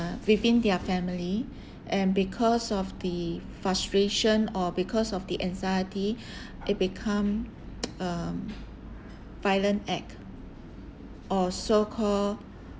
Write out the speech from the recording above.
within their family and because of the frustration or because of the anxiety it become um violent act or so-called